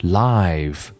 live